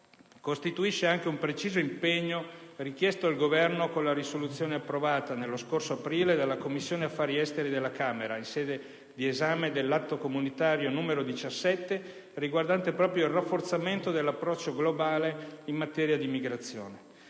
costituisce anche un preciso impegno richiesto al Governo con la risoluzione approvata nello scorso aprile dalla Commissione affari esteri della Camera in sede di esame dell'atto comunitario n. 17, riguardante proprio il rafforzamento dell'approccio globale in materia di migrazione.